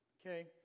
Okay